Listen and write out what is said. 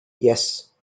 yes